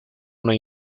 una